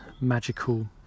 magical